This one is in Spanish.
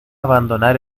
abandonar